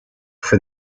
for